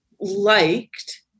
liked